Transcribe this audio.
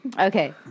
Okay